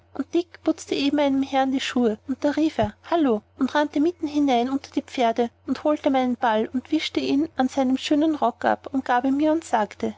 dick putzte eben einem herrn die schuhe und da rief er hallo und rannte mitten hinein unter die pferde und holte meinen ball und wischte ihn an seinem rock ab und gab ihn mir und sagte